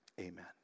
Amen